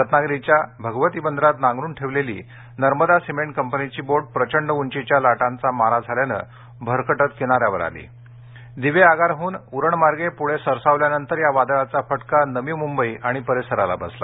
रत्नागिरीच्या भगवती बंदरात नांगरून ठेवलेली नर्मदा सिमेंट कंपनीची बोट प्रचंड उंचीच्या लाटांचा मारा झाल्यानं भरकटत किनाऱ्यावर आली दिवेआगारहून उरणमार्गे पुढे सरसावल्यानंतर या वादळाचा फटका नवी मुंबई आणि परिसराला बसला